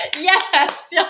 Yes